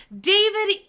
David